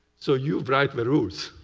so you write the rules.